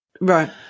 Right